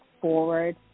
forward